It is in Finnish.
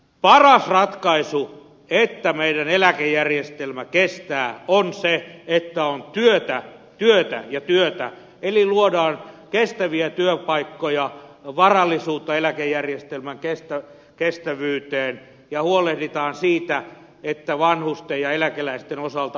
paras ratkaisu jotta meidän eläkejärjestelmä kestää on se että on työtä työtä ja työtä eli luodaan kestäviä työpaikkoja varallisuutta eläkejärjestelmän kestävyyteen ja huolehditaan siitä että vanhusten ja eläkeläisten osalta oikeudenmukaisuus toteutuu